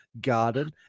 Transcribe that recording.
garden